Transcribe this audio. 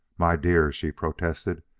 my dear, she protested,